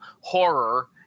Horror